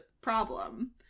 problem